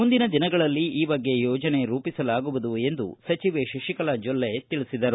ಮುಂದಿನ ದಿನಗಳಲ್ಲಿ ಈ ಬಗ್ಗೆ ಯೋಜನೆ ರೂಪಿಸಲಾಗುವುದು ಎಂದು ಶಶಿಕಲಾ ಜೊಲ್ಲೆ ತಿಳಿಸಿದರು